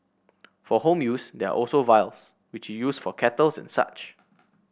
for home use there are also vials which you use for kettles and such